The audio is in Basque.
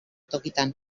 tokitan